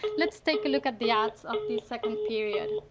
let's take a look at the ads of the second period.